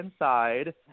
inside